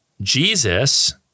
Jesus